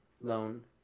loan